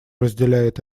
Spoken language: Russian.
разделяет